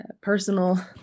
personal